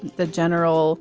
the general